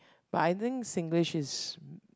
but I think Singlish is